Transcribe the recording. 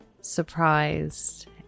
surprised